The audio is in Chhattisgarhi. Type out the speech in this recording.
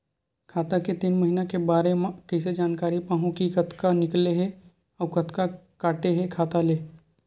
खाता के तीन महिना के बारे मा कइसे जानकारी पाहूं कि कतका निकले हे अउ कतका काटे हे खाता ले?